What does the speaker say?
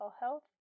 health